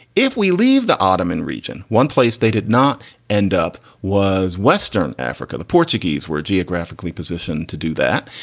if we leave the ottoman region, one place they did not end up was western africa. the portuguese were geographically positioned to do that.